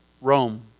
Rome